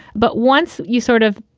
but once you sort of,